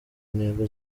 intego